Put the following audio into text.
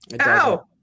Ow